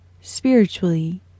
spiritually